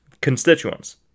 constituents